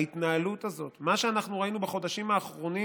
ההתנהלות הזאת, מה שאנחנו ראינו בחודשים האחרונים